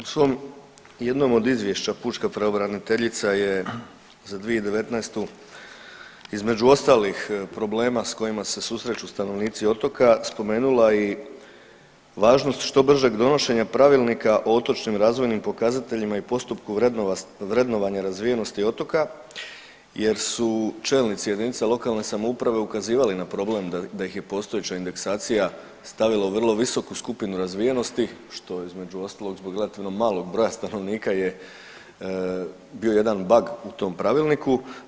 U svom jednom od izvješća pučka pravobraniteljica je za 2019. između ostalih problema s kojima se susreću stanovnici otoka spomenula i važnost što bržeg donošenja pravilnika o otočnim razvojnim pokazateljima i postupku vrednovanja razvijenosti otoka jer su čelnici jedinica lokalne samouprave ukazivali na problem da ih je postojeća indeksacija stavila u vrlo visoku skupinu razvijenosti što između ostalog zbog relativno malog broja stanovnika je bio jedan bag u tom pravilniku.